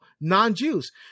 non-Jews